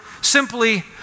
simply